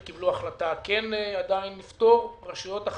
כאן יש טענות גם לרשות המסים,